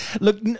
Look